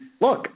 look